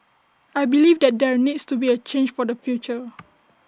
I believe that there needs to be change for the future